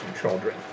children